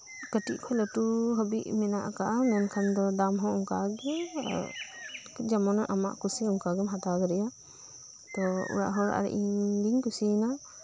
ᱠᱟᱹᱴᱤᱡ ᱠᱷᱚᱡ ᱞᱟᱹᱴᱩ ᱦᱟᱹᱵᱤᱡ ᱢᱮᱱᱟᱜ ᱟᱠᱟᱫᱟ ᱢᱮᱱᱟᱷᱟᱱ ᱫᱚ ᱫᱟᱢᱦᱚᱸ ᱚᱱᱠᱟᱜᱤ ᱟᱨ ᱡᱮᱢᱚᱱ ᱟᱢᱟᱜ ᱠᱩᱥᱤ ᱚᱱᱠᱟᱜᱤᱢ ᱦᱟᱛᱟᱣ ᱫᱟᱲᱤᱭᱟᱜ ᱟ ᱛᱚ ᱚᱲᱟᱜ ᱦᱚᱲ ᱟᱨ ᱤᱧ ᱜᱤᱧ ᱠᱩᱥᱤᱭᱮᱱᱟ